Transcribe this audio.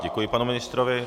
Děkuji panu ministrovi.